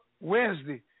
Wednesday